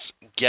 get